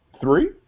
Three